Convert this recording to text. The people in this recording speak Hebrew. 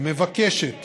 מבקשת